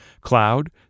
cloud